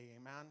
Amen